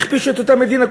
הכפישו את אותה מדינה,